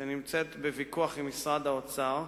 שנמצאת בוויכוח עם משרד האוצר.